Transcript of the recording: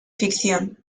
ficción